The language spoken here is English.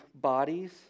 bodies